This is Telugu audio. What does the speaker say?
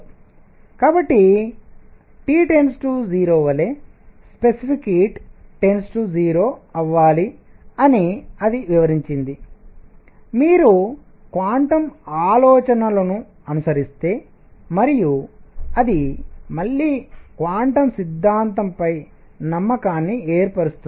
కాబట్టి T 0 వలె స్పెసిఫిక్ హీట్ 0 అవ్వాలి అని అది వివరించింది మీరు క్వాంటం ఆలోచనలను అనుసరిస్తే మరియు అది మళ్ళీ క్వాంటం సిద్ధాంతంపై నమ్మకాన్ని ఏర్పరుస్తుంది